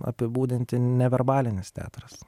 apibūdinti neverbalinis teatras